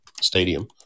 Stadium